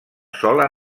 sola